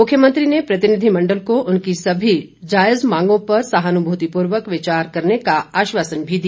मुख्यमंत्री ने प्रतिनिधिमंडल को उनकी सभी जायज मांगों पर सहानुभूति पूर्वक विचार करने का आश्वासन भी दिया